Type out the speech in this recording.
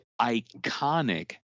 iconic